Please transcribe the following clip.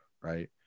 right